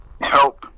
help